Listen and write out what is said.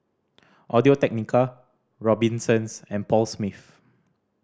Audio Technica Robinsons and Paul Smith